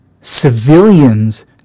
civilians